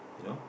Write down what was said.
you know